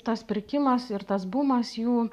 tas pirkimas ir tas bumas jų